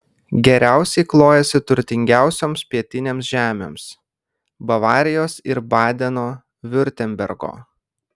geriausiai klojasi turtingiausioms pietinėms žemėms bavarijos ir badeno viurtembergo